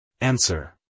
Answer